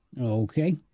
Okay